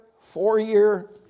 four-year